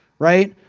right?